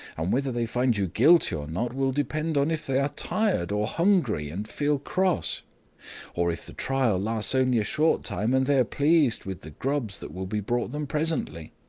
and whether they find you guilty or not, will depend on if they are tired, or hungry, and feel cross or if the trial lasts only a short time, and they are pleased with the grubs that will be brought them presently.